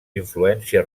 influència